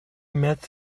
met